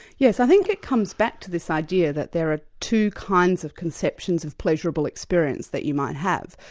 yes, i think it comes back to this idea that there are two kinds of conceptions of pleasurable experience that you might have.